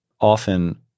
often